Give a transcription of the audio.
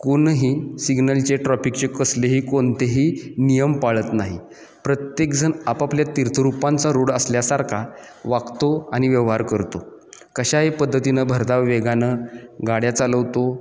कोणही सिग्नलचे ट्रॉफिकचे कसलेही कोणतेही नियम पाळत नाही प्रत्येकजण आपापल्या तीर्थरूपांचा रोड असल्यासारखा वागतो आणि व्यवहार करतो कशाही पद्धतीनं भरधाव वेगानं गाड्या चालवतो